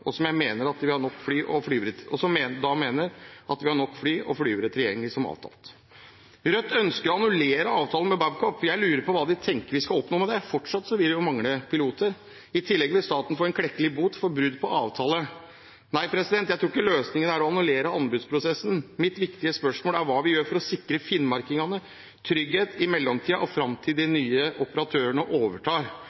mener at de vil ha nok fly og flygere tilgjengelig som avtalt. Rødt ønsker å annullere avtalen med Babcock, og jeg lurer på hva de tenker vi skal oppnå med det. Fortsatt vil en mangle piloter. I tillegg vil staten få en klekkelig bot for brudd på avtale. Nei, jeg tror ikke løsningen er å annullere anbudsprosessen. Mitt viktige spørsmål er hva vi gjør for å sikre finnmarkingene trygghet i mellomtiden – fram til de